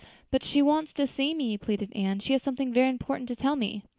but she wants to see me, pleaded anne. she has something very important to tell me.